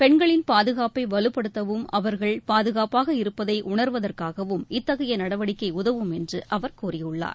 பெண்களின் பாதுகாப்பை வலுப்படுத்தவும் அவர்கள் பாதுகாப்பாக இருப்பதை உணர்வதற்காகவும் இத்தகைய நடவடிக்கை உதவும் என்று அவர் கூறியுள்ளார்